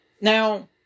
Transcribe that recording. Now